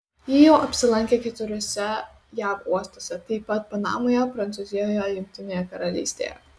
ji jau apsilankė keturiuose jav uostuose taip pat panamoje prancūzijoje jungtinėje karalystėje